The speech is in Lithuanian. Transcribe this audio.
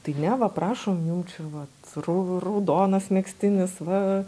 tai ne va prašom jum čia vat rau raudonas megztinis va